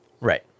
Right